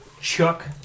chuck